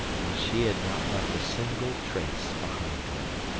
that she had not left a single trace behind her.